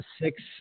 six